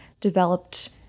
developed